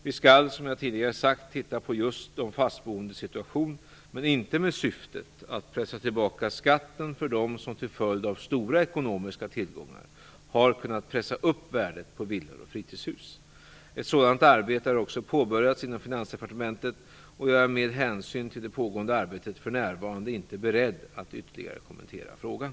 Vi skall som jag tidigare sagt titta på just de fastboendes situation, men inte med syftet att pressa tillbaka skatten för dem som till följd av stora ekonomiska tillgångar har kunnat pressa upp värdet på villor och fritidshus. Ett sådant arbete har också påbörjats inom Finansdepartementet, och jag är med hänsyn till det pågående arbetet för närvarande inte beredd att ytterligare kommentera frågan.